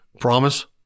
Promise